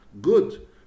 good